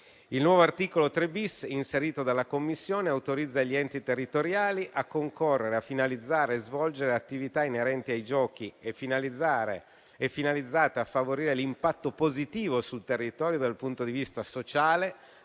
Il nuovo articolo 3-*bis*, inserito dalla Commissione, autorizza gli enti territoriali a concorrere a finalizzare e svolgere attività inerenti ai Giochi e finalizzate a favorire l'impatto positivo sul territorio dal punto di vista sociale,